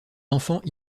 enfants